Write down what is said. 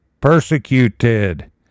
persecuted